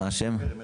מירי?